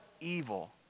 evil